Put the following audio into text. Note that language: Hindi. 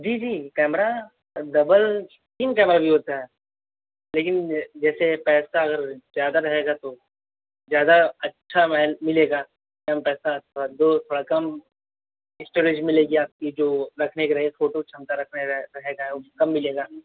जी जी कैमरा डबल तीन कैमरा भी होता है लेकिन ज जैसे पैसा अगर ज़्यादा रहेगा तो ज़्यादा अच्छा मोबाइल मिलेगा कम पैसा थोड़ा दो थोड़ा कम इस्टोरेज मिलेगी आपकी जो रखने की रहेगी फोटो क्षमता रखने का रहेगा वो कम मिलेगा